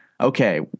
Okay